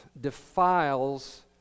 defiles